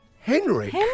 Henrik